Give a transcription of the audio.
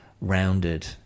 rounded